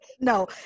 No